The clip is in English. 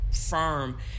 firm